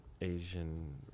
asian